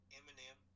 Eminem